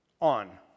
on